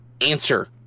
answer